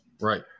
Right